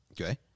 Okay